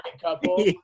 couple